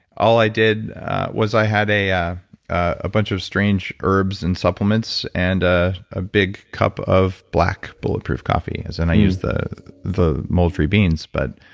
all i did was i had a ah a bunch of strange herbs and supplements and ah a big cup of black, bulletproof coffee as in and i use the the mold-free beans but